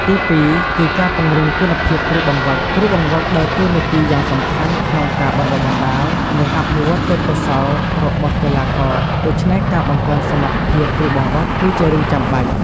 ទីពីរ គឺការពង្រឹងគុណភាពគ្រូបង្វឹក គ្រូបង្វឹកដើរតួនាទីយ៉ាងសំខាន់ក្នុងការបណ្ដុះបណ្ដាល និងអភិវឌ្ឍន៍ទេពកោសល្យរបស់កីឡាករ ដូច្នេះការបង្កើនសមត្ថភាពគ្រូបង្វឹក គឺជារឿងចាំបាច់។